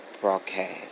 broadcast